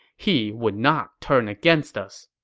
he would not turn against us.